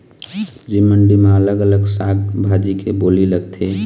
सब्जी मंडी म अलग अलग साग भाजी के बोली लगथे